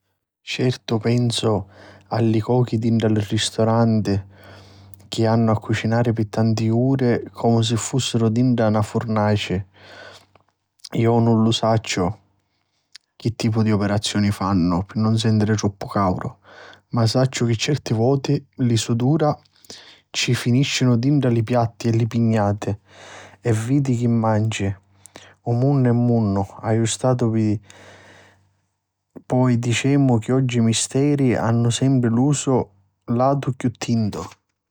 Certu pensu a li cochi dintra li risturanti chi hannu a cucinari pi tanti uri comu si fussiru dintra na furnaci, iu nun lu sacciu chi tipu di operazioni fannu pi nun sèntiri troppu càuru, ma sacciu chi certi voti li sudura ci finiscinu dintra li piatti o li pignati, e vidi chi manci. Munnu è e munnu ha' statu, poi dicemu chiogni misteri havi sempri lu so latu chiù tintu.